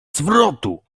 zwrotu